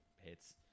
hits